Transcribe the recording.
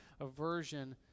aversion